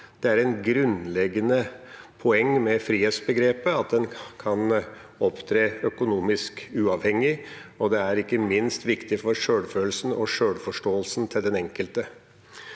Det er et grunnleggende poeng med frihetsbegrepet at en kan opptre økonomisk uavhengig, og det er ikke minst viktig for sjølfølelsen og sjølforståelsen til den enkelte.